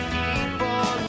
people